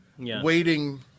waiting